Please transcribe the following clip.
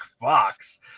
Fox